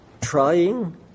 trying